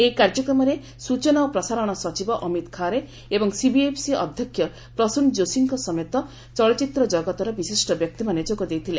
ଏହି କାର୍ଯ୍ୟକ୍ରମରେ ସୂଚନା ଓ ପ୍ରସାରଣ ସଚିବ ଅମିତ ଖାରେ ଏବଂ ସିବିଏଫସି ଅଧ୍ୟକ୍ଷ ପ୍ରସୂନ ଜୋଷୀଙ୍କ ସମେତ ଚଳଚ୍ଚିତ୍ର ଜଗତର ବିଶିଷ୍ଟ ବ୍ୟକ୍ତିମାନେ ଯୋଗଦେଇଥିଲେ